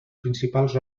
principals